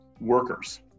workers